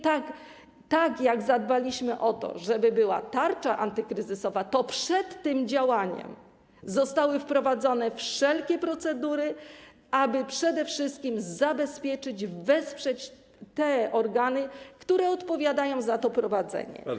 Tak jak zadbaliśmy o to, żeby była tarcza antykryzysowa, tak przed tym działaniem zostały wprowadzone wszelkie procedury, aby przede wszystkim zabezpieczyć, wesprzeć te organy, które odpowiadają za prowadzenie tych placówek.